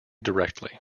directly